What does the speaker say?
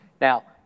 Now